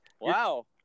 Wow